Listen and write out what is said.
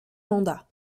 mandat